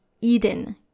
eden